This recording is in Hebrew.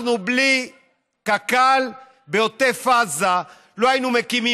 אנחנו בלי קק"ל בעוטף עזה לא היינו מקימים,